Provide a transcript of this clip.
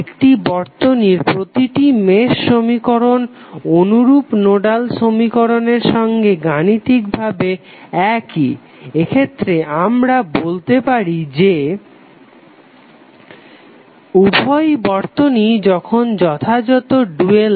একটি বর্তনীর প্রতিটি মেশ সমীকরণ অনুরূপ নোডাল সমীকরণের সঙ্গে গাণিতিক ভাবে একই এক্ষেত্রে আমরা বলতে পারি যে উভই বর্তনীই যথাযথ ভাবে ডুয়াল